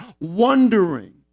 wondering